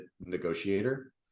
negotiator